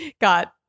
got